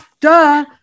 Duh